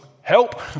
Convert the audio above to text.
help